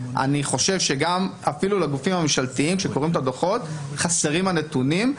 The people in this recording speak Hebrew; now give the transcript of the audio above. אני חושב שאפילו לגופים הממשלתיים שקוראים את הדוחות חסרים הנתונים,